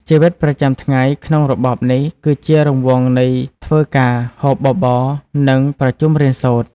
ជីវិតប្រចាំថ្ងៃក្នុងរបបនេះគឺជារង្វង់នៃ "ធ្វើការ ហូបបបរ និងប្រជុំរៀនសូត្រ"។